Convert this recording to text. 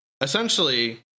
essentially